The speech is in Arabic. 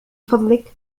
فضلك